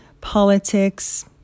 politics